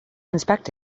inspect